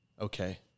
Okay